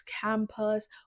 campus